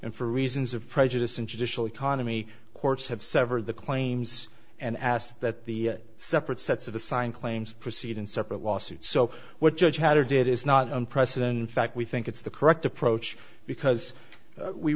and for reasons of prejudice and judicial economy courts have severed the claims and asked that the separate sets of assigned claims proceed in separate lawsuits so what judge had or did is not unprecedented we think it's the correct approach because we